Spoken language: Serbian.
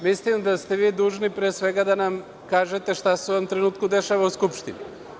Mislim da ste vi dužni, pre svega da nam kažete šta se u ovom trenutku dešava u Skupštini.